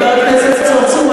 חבר הכנסת צרצור,